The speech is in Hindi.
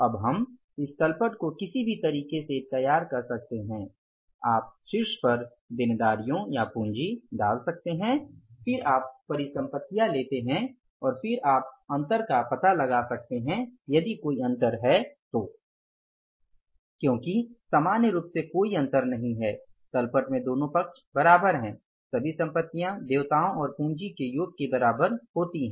अब हम इस तल पट को किसी भी तरीके से तैयार कर सकते हैं आप शीर्ष पर देनदारियों या पूंजी डाल सकते हैं फिर आप परिसंपत्तियां लेते हैं और फिर आप अंतर का पता लगा सकते हैं यदि कोई अंतर है क्योंकि सामान्य रूप से कोई अंतर नहीं है तल पट में दोनों पक्ष बराबर हैं सभी संपत्तियां देयताओं और पूंजी के योग के बराबर होती हैं